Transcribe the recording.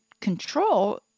control